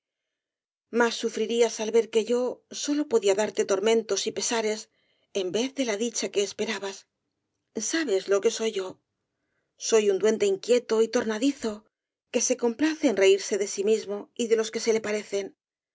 más sufrirías al ver que yo sólo podía darte tormentos y pesares en vez de la dicha que esperabas sabes lo que soy yo soy un duende inquieto y tornadizo que se complace en reírse de sí mismo y de los que se le parecen